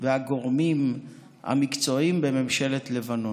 והגורמים המקצועיים בממשלת לבנון.